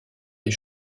des